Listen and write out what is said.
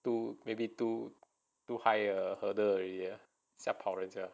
too maybe too too high a hurdle already ah 吓跑人家